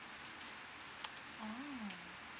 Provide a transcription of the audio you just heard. mm